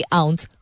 ounce